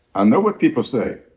i know what people say.